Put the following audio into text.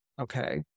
Okay